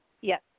Yes